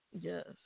Yes